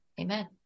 Amen